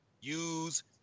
use